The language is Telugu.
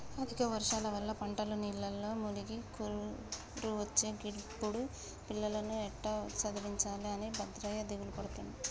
అధిక వర్షాల వల్ల పంటలు నీళ్లల్ల మునిగి కరువొచ్చే గిప్పుడు పిల్లలను ఎట్టా చదివించాలె అని భద్రయ్య దిగులుపడుతుండు